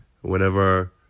whenever